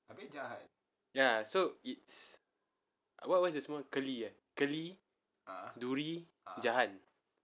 ya so it's what what's the small keli eh keli duri jahan